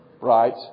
right